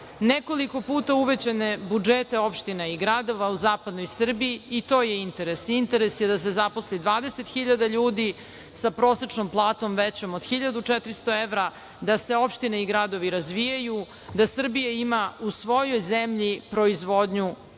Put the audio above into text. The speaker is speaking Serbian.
nekoliko puta uvećane budžete opština i gradova u zapadnoj Srbiji, i to je interes. Interes je da se zaposli 20.000 ljudi, sa prosečnom platom većom od 1.400 evra, da se opštine i gradovi razvijaju, da Srbija ima u svojoj zemlji proizvodnju